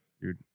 Dude